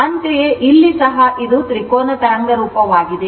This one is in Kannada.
ಅಂತೆಯೇ ಇಲ್ಲಿ ಸಹ ಇದು ತ್ರಿಕೋನ ತರಂಗ ರೂಪವಾಗಿದೆ